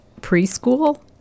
preschool